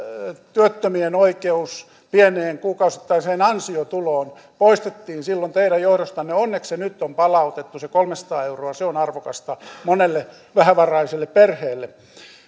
työttö mien oikeus pieneen kuukausittaiseen ansiotuloon poistettiin silloin teidän johdostanne onneksi se nyt on palautettu se kolmesataa euroa se on arvokasta monelle vähävaraiselle perheelle